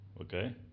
okay